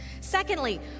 Secondly